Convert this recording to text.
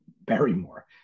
Barrymore